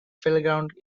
playground